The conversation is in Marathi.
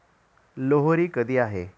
लोहरी कधी आहे?